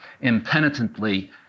impenitently